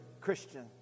Christian